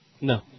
No